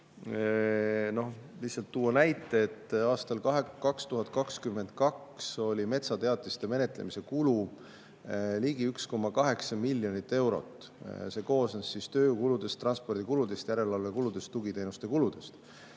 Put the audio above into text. lihtsalt tuua näite. Aastal 2022 oli metsateatiste menetlemise kulu ligi 1,8 miljonit eurot, see koosnes tööjõukuludest, transpordikuludest, järelevalvekuludest ja tugiteenuste kuludest.